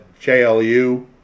JLU